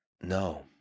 No